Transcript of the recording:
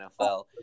NFL